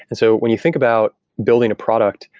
and so when you think about building a product,